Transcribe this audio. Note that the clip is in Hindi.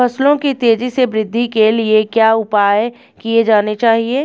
फसलों की तेज़ी से वृद्धि के लिए क्या उपाय किए जाने चाहिए?